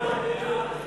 ההצעה להסיר מסדר-היום את